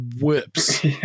whips